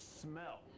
smell